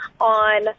on